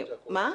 גבוהים.